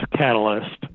catalyst